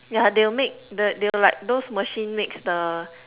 ya they'll make the they'll like those machine makes the